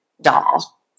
doll